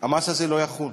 המס הזה לא יחול.